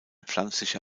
pflanzliche